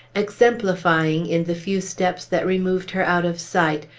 exemplifying, in the few steps that removed her out of sight,